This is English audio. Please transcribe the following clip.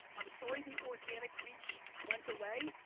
i'm sorry the organic reach went away.